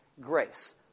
Grace